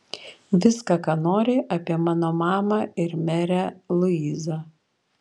viską ką nori apie mano mamą ir merę luizą